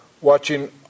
watching